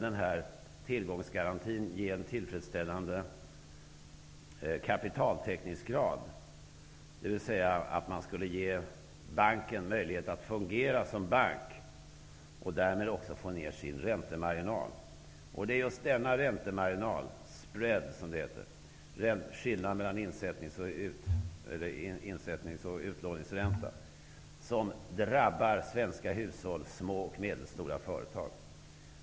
Denna tillgångsgaranti skulle ge en tillfredsställande kapitaltäckningsgrad, dvs. banken skulle ges möjlighet att fungera som bank för att därmed få ned sin räntemarginal. Det är just denna räntemarginal, skillnaden mellan insättnings och utlåningsränta, som kallas ''spread'', som drabbar svenska hushåll och små och medelstora företag.